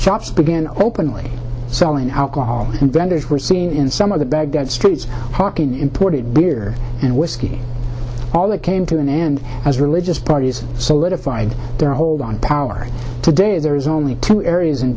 hops began openly selling alcohol and vendors were seen in some of the baghdad streets hawking imported beer and whiskey all that came to an end as religious parties so that if i had their hold on power today there is only two areas in